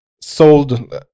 sold